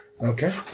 Okay